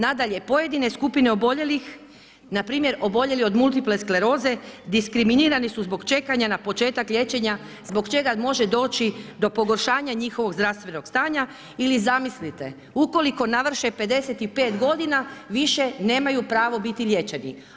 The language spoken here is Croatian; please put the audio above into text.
Nadalje, pojedine skupine oboljelih npr. oboljeli od multiple skleroze diskriminirani su zbog čekanja na početak liječenja zbog čega može doći do pogoršanje njihovog zdravstvenog stanja ili zamislite, ukoliko navrše 55 godina više nemaju pravo biti liječeni.